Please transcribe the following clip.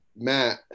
matt